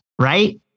Right